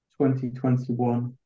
2021